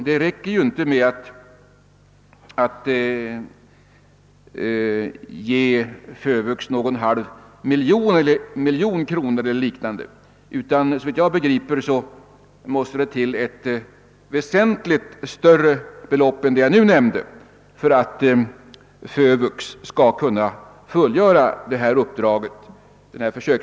Det räcker inte med att ge FÖVUX någon halvmiljon kronor eller något liknande, utan såvitt jag begriper måste det till ett väsentligt större belopp för att FÖVUX skall kunna fullgöra sitt uppdrag.